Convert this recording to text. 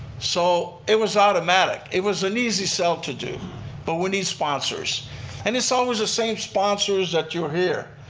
so it was automatic. it was an easy sell to do but we need sponsors and it's always the same sponsors that you'll hear,